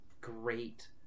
great